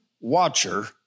watcher